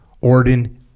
Orden